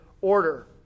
order